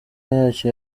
yacyo